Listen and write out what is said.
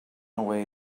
away